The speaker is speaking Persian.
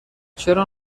چرا